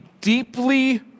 deeply